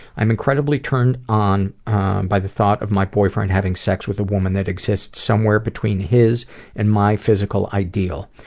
i'm incredibly turned on by the thought of my boyfriend having sex with a woman that exists somewhere between his and my physical ideal.